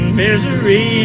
misery